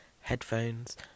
headphones